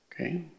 Okay